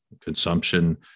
consumption